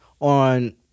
on